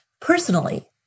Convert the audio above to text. personally